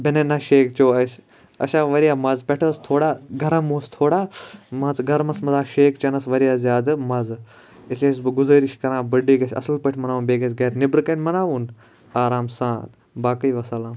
banana shake چیٚو اَسہِ اَسہِ آو واریاہ مَزِ پٮ۪ٹھٕ ٲسۍ تھوڑا گَرَم اوس تھوڑا مان ژٕ گَرمَس مَنٛز آو شیک چَیٚنَس واریاہ زیادِ مَزِ اِسلیے چھُس بہٕ گُزٲرِش کَران بٔرتھ ڈے گَژھِ اصل پٲٹھۍ مَناوُن بییٚہِ گَژھِ گَرِ نٮ۪برٕ کَنۍ مَناوُن آرام سان باقٕے وَسَلام